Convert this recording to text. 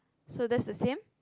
so this is him